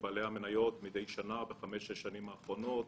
מבעלי המניות חזרו מידי שנה בחמש-שש השנים האחרונות